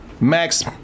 Max